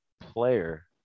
player